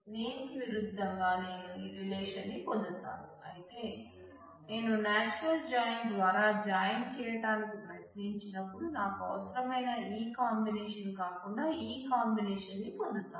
name కి విరుద్ధంగా నేను ఈ రిలేషన్ ను పొందుతాను అయితే నేను నాచురల్ జాయిన్ ద్వారా జాయిన్ చేయటానికి ప్రయత్నించినప్పుడు నాకు అవసరమైన ఈ కాంబినేషన్ కాకుండా ఈ కాంబినేషన్ ని పొందుతాను